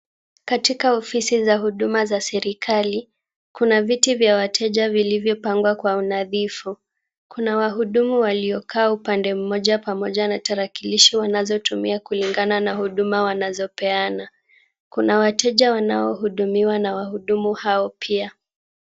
Katika ofisi za huduma za serikali kuna viti vya wateja vilivyopangwa kwa unadhifu. Kuna wahudumu waliokaa upande moja pamoja na tarakilishi wanazotumia kulingana na huduma wanazopeana. Kuna wateja wanaohudumiwa na wahudumu hao pia.